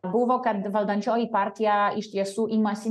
buvo kad valdančioji partija iš tiesų imasi